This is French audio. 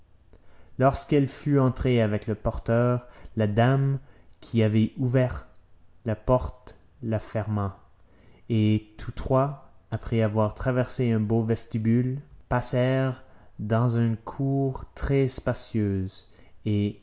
lorsqu'elle fut entrée avec le porteur la dame qui avait ouvert la porte la ferma et tous trois après avoir traversé un beau vestibule passèrent dans une cour très spacieuse et